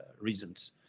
reasons